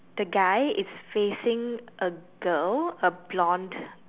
the guy is facing a girl a blonde